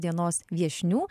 dienos viešnių